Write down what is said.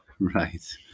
Right